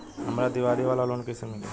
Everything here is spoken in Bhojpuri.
हमरा दीवाली वाला लोन कईसे मिली?